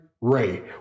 Ray